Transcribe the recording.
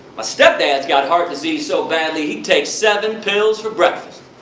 my step-dad's got heart disease so badly he takes seven pills for breakfast.